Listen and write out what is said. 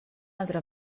altra